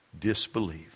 disbelief